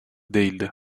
değildi